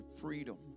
freedom